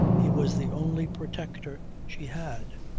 he was the only protector she had.